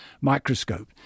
microscope